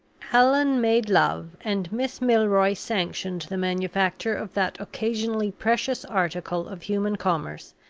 allan made love, and miss milroy sanctioned the manufacture of that occasionally precious article of human commerce,